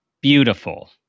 Beautiful